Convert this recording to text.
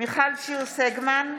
מיכל שיר סגמן,